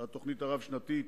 התוכנית הרב-שנתית,